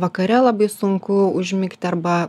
vakare labai sunku užmigti arba